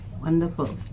Wonderful